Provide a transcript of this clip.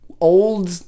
old